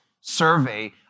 survey